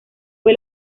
fue